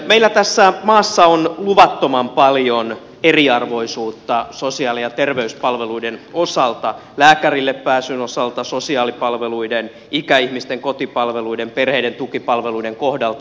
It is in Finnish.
meillä tässä maassa on luvattoman paljon eriarvoisuutta sosiaali ja terveyspalveluiden osalta lääkärille pääsyn osalta sosiaalipalveluiden ikäihmisten kotipalveluiden perheiden tukipalveluiden kohdalta